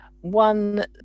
one